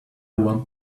want